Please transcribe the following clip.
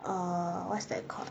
err what's that called